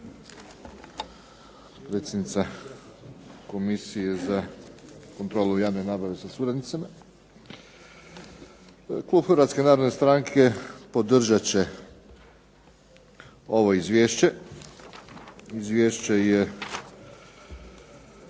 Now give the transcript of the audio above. predsjednice Komisije za kontrolu javne nabave sa suradnicima. Klub Hrvatske narodne stranke podržat će ovo izvješće. Izvješće je